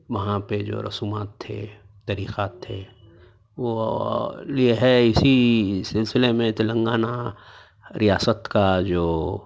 وہاں پہ جو رسومات تھے طریقات تھے وہ یہ ہے اِسی سِلسلے میں تلنگانا ریاست کا جو